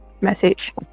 message